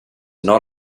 not